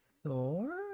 Thor